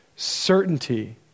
certainty